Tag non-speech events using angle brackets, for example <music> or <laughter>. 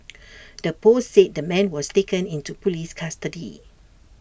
<noise> the post said the man was taken into Police custody